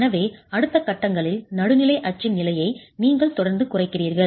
எனவே அடுத்த கட்டங்களில் நடுநிலை அச்சின் நிலையை நீங்கள் தொடர்ந்து குறைக்கிறீர்கள்